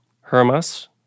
Hermas